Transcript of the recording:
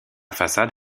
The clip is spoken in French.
façade